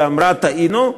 ואמרה: טעינו,